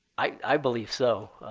i believe so.